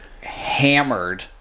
hammered